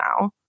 now